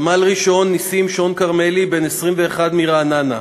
סמל-ראשון נסים שון כרמלי, בן 21, מרעננה,